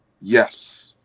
Yes